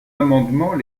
amendement